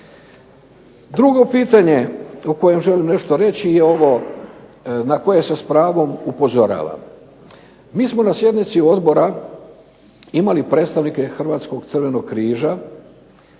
Drugo pitanje o kojem želim nešto reći je ovo na koje se s pravom upozorava. Mi smo na sjednici odbora imali predstavnike Hrvatskog Crvenog križa